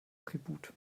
tribut